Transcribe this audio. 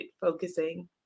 focusing